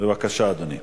בבקשה, אדוני.